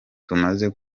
tumaze